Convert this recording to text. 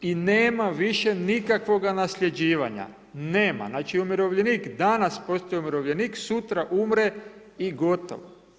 I nema više nikakvoga nasljeđivanja, nema, znači umirovljenik danas postaje umirovljenik, sutra umre i gotovo.